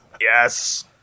Yes